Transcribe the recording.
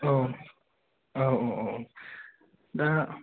औ औ औ औ दा